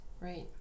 right